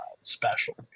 special